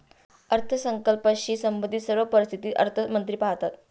अर्थसंकल्पाशी संबंधित सर्व परिस्थिती अर्थमंत्री पाहतात